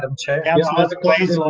um chair councillors. please.